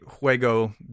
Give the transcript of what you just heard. juego